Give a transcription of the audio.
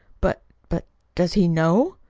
but but does he know?